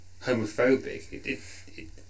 homophobic